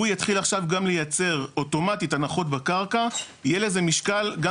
הוא יתחיל עכשיו גם לייצר אוטומטית גם הנחות בקרקע יהיה לזה משקל גם